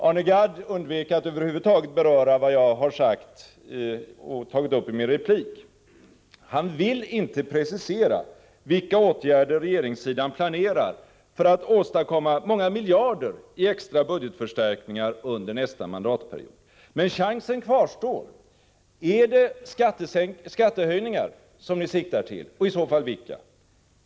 Arne Gadd undvek att över huvud taget beröra vad jag har sagt och tagit upp i min replik. Han vill inte precisera vilka åtgärder regeringssidan planerar för att åstadkomma flera miljarder extra budgetförstärkning under nästa mandatperiod. Men chansen kvarstår: Är det skattehöjningar som ni siktar till, och i så fall vilka?